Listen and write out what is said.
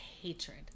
hatred